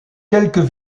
quelques